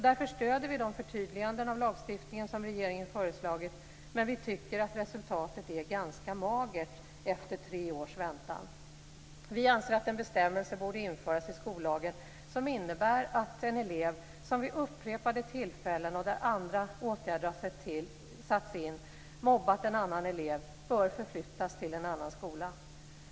Därför stöder vi de förtydliganden i lagstiftningen som regeringen föreslagit, men vi tycker att resultatet är ganska magert efter tre års väntan. Vi anser att en bestämmelse borde införas i skollagen som innebär att en elev som vid upprepade tillfällen, och när andra åtgärder satts in, mobbat en annan elev bör flyttas till en annan skola.